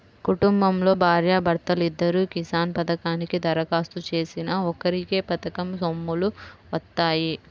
కుటుంబంలో భార్యా భర్తలిద్దరూ కిసాన్ పథకానికి దరఖాస్తు చేసినా ఒక్కరికే పథకం సొమ్ములు వత్తాయి